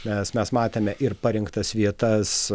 nes mes matėme ir parinktas vietas